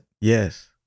Yes